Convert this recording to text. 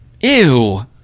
Ew